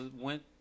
went